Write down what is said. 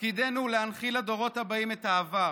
תפקידנו הוא להנחיל לדורות הבאים את העבר,